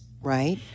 right